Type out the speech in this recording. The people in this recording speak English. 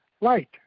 light